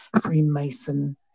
Freemason